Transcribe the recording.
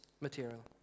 material